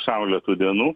saulėtų dienų